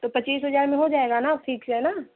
तो पच्चीस हजार में हो जाएगा ना फिक्स है ना